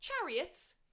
chariots